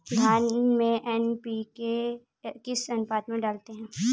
धान में एन.पी.के किस अनुपात में डालते हैं?